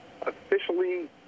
officially